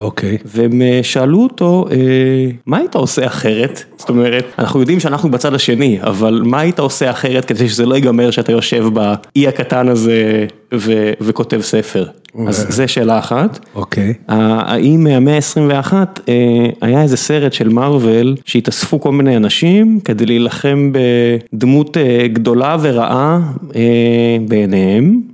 אוקיי והם שאלו אותו אה... מה היית עושה אחרת? זאת אומרת, אנחנו יודעים שאנחנו בצד השני אבל מה היית עושה אחרת כדי שזה לא יגמר שאתה יושב באי הקטן הזה ו.. וכותב ספר. אז זה שאלה אחת. אוקיי. ה... האי מהמאה ה 21, היה איזה סרט של מארוול שהתאספו כל מיני אנשים כדי להילחם בדמות אה, גדולה ורעה אה... בעיניהם.